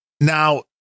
now